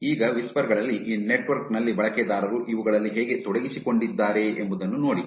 ಈಗ ವಿಸ್ಪರ್ ಗಳಲ್ಲಿ ಈ ನೆಟ್ವರ್ಕ್ ನಲ್ಲಿ ಬಳಕೆದಾರರು ಇವುಗಳಲ್ಲಿ ಹೇಗೆ ತೊಡಗಿಸಿಕೊಂಡಿದ್ದಾರೆ ಎಂಬುದನ್ನು ನೋಡಿ